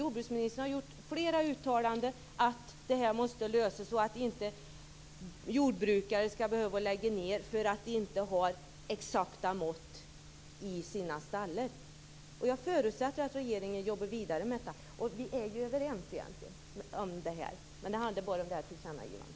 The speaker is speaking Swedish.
Jordbruksministern har gjort flera uttalanden om att det här måste lösas och om att inte jordbrukare skall behöva lägga ned för att de inte har exakta mått i sina stallar. Jag förutsätter att regeringen jobbar vidare med det här. Vi är ju överens om det här egentligen. Det handlar bara om det här tillkännagivandet.